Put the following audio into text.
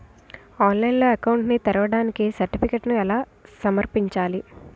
ఆన్లైన్లో అకౌంట్ ని తెరవడానికి సర్టిఫికెట్లను ఎలా సమర్పించాలి?